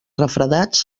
refredats